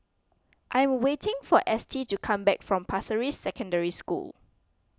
I am waiting for Estie to come back from Pasir Ris Secondary School